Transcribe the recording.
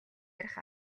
ярих